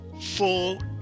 full